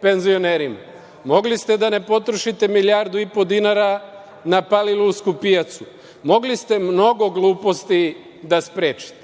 penzionerima. Mogli ste da ne potrošite milijardu i po dinara na Palilulsku pijacu. Mogli ste mnogo gluposti da sprečite,